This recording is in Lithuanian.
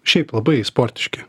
šiaip labai sportiški